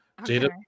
Jada